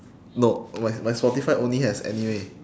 no my my spotify only has anime